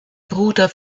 bruder